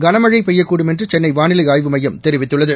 கனமழை பெய்யக்கூடும் என்று சென்னை வானிலை ஆய்வு மையம் தெரிவித்துள்ளது